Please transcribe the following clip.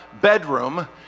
bedroom